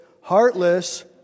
heartless